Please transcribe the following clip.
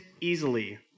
easily